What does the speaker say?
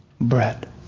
bread